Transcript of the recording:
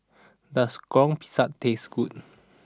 does Goreng Pisang taste good